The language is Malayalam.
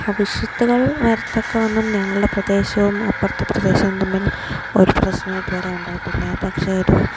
ഭവിഷത്തുക്കൾ വരത്തക്കവണ്ണം ഞങ്ങളുടെ പ്രദേശവും അപ്പുറത്തെ പ്രദേശവും തമ്മിൽ ഒരു പ്രശ്നവും ഇതുവരെ ഉണ്ടായിട്ടില്ല പക്ഷെ ഇപ്പോൾ